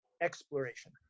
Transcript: exploration